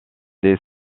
des